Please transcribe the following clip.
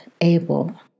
Abel